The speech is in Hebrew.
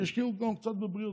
אז שישקיעו גם קצת בבריאות.